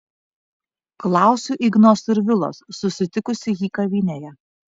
klausiu igno survilos susitikusi jį kavinėje